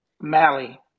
Mally